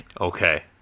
Okay